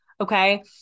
okay